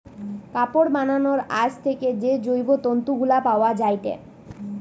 কাপড় বানাবার আঁশ থেকে যে জৈব তন্তু গুলা পায়া যায়টে